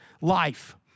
life